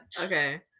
Okay